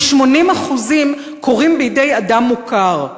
80% קורים בידי אדם מוכר,